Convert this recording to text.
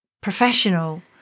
professional